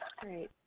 Great